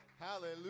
Hallelujah